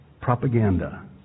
propaganda